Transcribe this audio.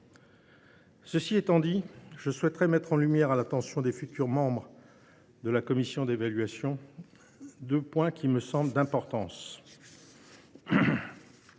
Cela étant, je souhaite porter à l’attention des futurs membres de la commission d’évaluation deux points qui me semblent d’importance.